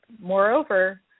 Moreover